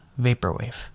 vaporwave